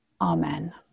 Amen